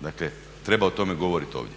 Dakle, treba o tome govoriti ovdje.